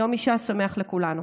יום אישה שמח לכולנו.